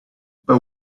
but